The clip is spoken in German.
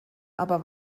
aber